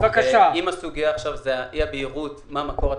אם הסוגיה עכשיו היא אי הבהירות מה המקור התקציבי,